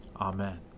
Amen